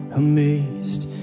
amazed